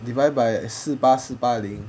divided by 四八四八零